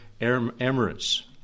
Emirates